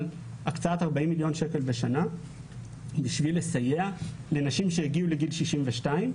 הקצאת 40 מיליון שקל בשנה כדי לסייע לנשים שהגיעו לגיל 62,